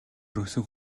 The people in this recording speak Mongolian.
орхисон